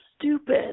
stupid